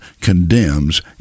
condemns